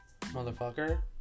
motherfucker